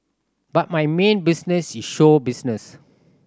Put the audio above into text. but my main business is show business